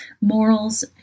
morals